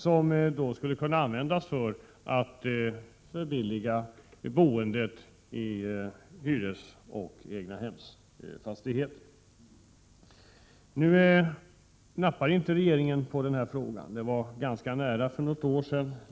De pengarna skulle kunna användas för att förbilliga boendet i hyresoch egnahemsfastigheter. Nu nappar inte regeringen på den här frågan, men det var ganska nära för något år sedan.